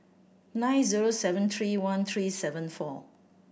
nine zero seven three one three seven four